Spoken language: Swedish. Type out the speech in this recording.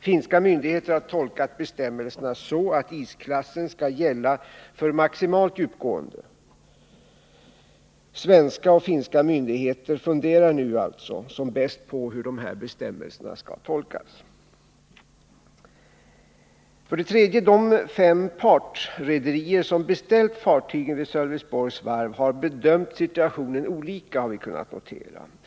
Finska myndigheter har tolkat bestämmelserna så att isklassen skall gälla för maximalt djupgående. Svenska och finska myndigheter funderar nu alltså som bäst på hur dessa bestämmelser skall tolkas. För det tredje har vi kunnat konstatera att de fem partrederier som beställt fartygen vid Sölvesborgs Varv har bedömt situationen olika.